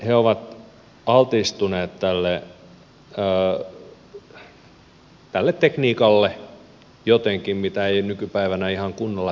he ovat altistuneet tälle tekniikalle jollakin tapaa mitä ei nykypäivänä ihan kunnolla tiedetä